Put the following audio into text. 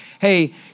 hey